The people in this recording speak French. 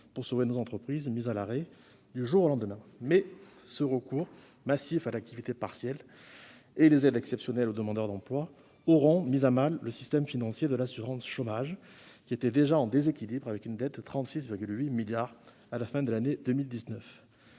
sauver nos entreprises mises à l'arrêt du jour au lendemain ? Toutefois, ce recours massif et les aides exceptionnelles aux demandeurs d'emploi auront mis à mal le système financier de l'assurance chômage, qui était déjà en déséquilibre, avec une dette de 36,8 milliards d'euros à la fin de l'année 2019.